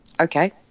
Okay